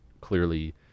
clearly